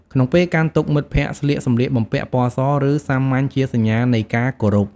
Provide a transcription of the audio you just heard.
ក្នុងពេលកាន់ទុក្ខ មិត្តភក្តិស្លៀកសម្លៀកបំពាក់ពណ៌ស ឬសាមញ្ញជាសញ្ញានៃការគោរព។